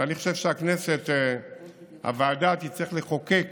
ואני חושב שהוועדה תצטרך לחוקק